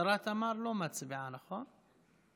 השרה תמר לא מצביעה, נכון?